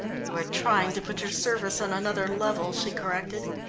you are trying to put your service on another level, she corrected.